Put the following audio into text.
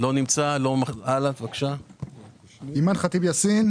אינו נוכח אימאן ח'טיב יאסין